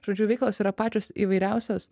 žodžiu veiklos yra pačios įvairiausios